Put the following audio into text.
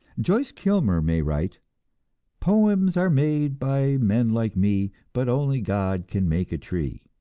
joyce kilmer may write poems are made by men like me, but only god can make a tree